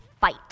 fight